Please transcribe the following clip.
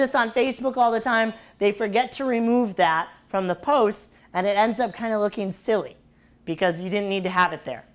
this on facebook all the time they forget to remove that from the posts and it ends up kind of looking silly because you don't need to have it there